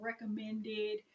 recommended